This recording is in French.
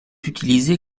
utilisé